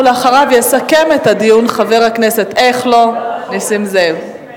אחריו יסכם את הדיון חבר הכנסת, איך לא, נסים זאב.